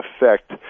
effect